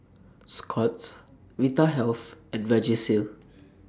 Scott's Vitahealth and Vagisil